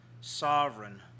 sovereign